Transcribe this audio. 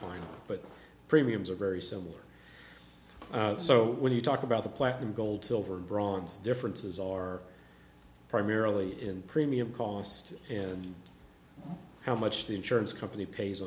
final but premiums are very similar so when you talk about the platinum gold silver and bronze differences are primarily in premium cost and how much the insurance company pays